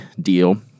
deal